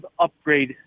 upgrade